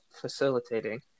facilitating